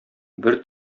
бер